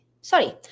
sorry